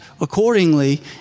accordingly